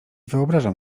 wyobrażam